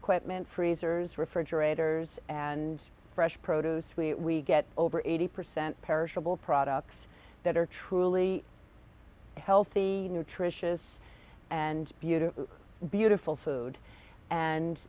equipment freezers refrigerators and fresh produce we get over eighty percent perishable products that are truly healthy nutritious and beauty beautiful food and